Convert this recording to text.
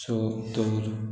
so तूं